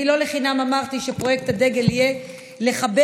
לא לחינם אמרתי שפרויקט הדגל יהיה לחבר